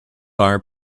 are